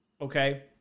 okay